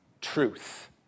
truth